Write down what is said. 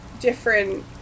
different